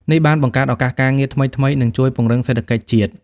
នេះបានបង្កើតឱកាសការងារថ្មីៗ និងជួយពង្រឹងសេដ្ឋកិច្ចជាតិ។